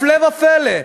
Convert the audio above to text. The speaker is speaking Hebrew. הפלא והפלא,